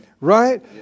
Right